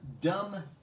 dumb